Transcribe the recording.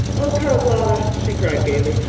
oh, charlotta, she cried gaily,